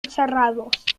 cerrados